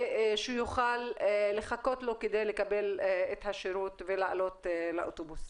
ושהוא יוכל לחכות לו כדי לקבל את השירות ולעלות לאוטובוס.